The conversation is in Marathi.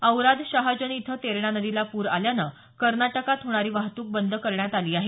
औराद शहाजनी इथं तेरणा नदीला पूर आल्यानं कर्नाटकात होणारी वाहतूक बंद करण्यात आली आहे